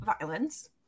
violence